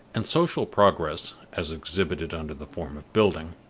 and social progress, as exhibited under the form of building,